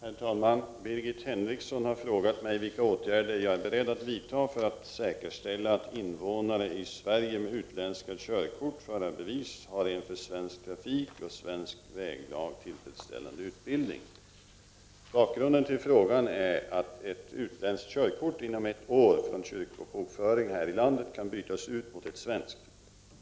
Herr talman! Birgit Henriksson har fråga mig vilka åtgärder jag är beredd att vidta för att säkerställa att invånare i Sverige med utländska körkort 90:34 ning. 28 november 1989 Bakgrunden till frågan är att ett utländskt körkort, inom ett år från det att. körkortsinnehavaren blivit kyrkobokförd här i landet, kan bytas ut mot ett svenskt.